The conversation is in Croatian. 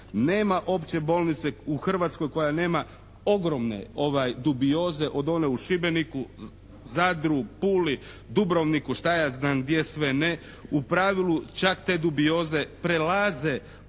Nema opće bolnice u Hrvatskoj koja nema ogromne dubioze od one u Šibeniku Zadru, Puli, Dubrovniku, šta ja znam gdje sve ne. U pravilu čak te dubioze prelaze